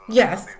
yes